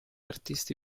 artisti